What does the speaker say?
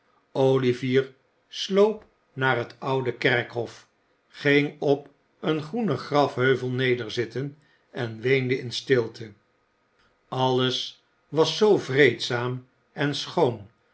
olivier sloop naar het oude kerkhof ging op een groenen grafheuvel nederzitten en weende in stilte alles was zoo vreedzaam en schoon